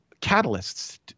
catalysts